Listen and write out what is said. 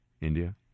India